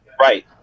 Right